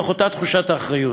מתוך אותה תחושת אחריות.